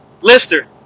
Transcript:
Lister